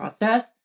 process